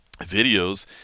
videos